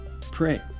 pray